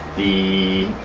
the